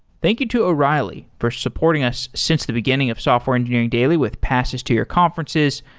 thank you to o'reilly for supporting us since the beginning of software engineering daily with passes to your conferences.